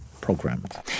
programmed